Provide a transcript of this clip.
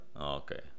Okay